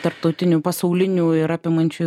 tarptautinių pasaulinių ir apimančių